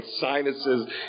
sinuses